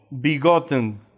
begotten